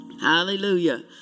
Hallelujah